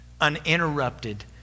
Uninterrupted